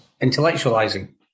Intellectualizing